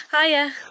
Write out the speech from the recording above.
Hiya